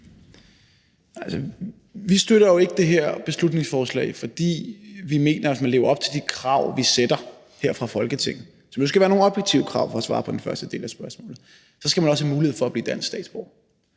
Vi støtter jo ikke det her beslutningsforslag, for vi mener, at hvis man lever op til de krav, vi stiller her fra Folketinget, som nu skal være nogle objektive krav – for at svare på den første del af spørgsmålet – så skal man også have mulighed for at blive dansk statsborger.